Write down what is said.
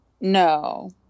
No